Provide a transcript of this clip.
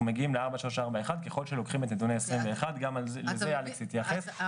אנחנו מגיעים ל-4.341 ככל שלוקחים את נתוני 21'. גם לזה אלכס התייחס.